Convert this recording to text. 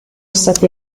stati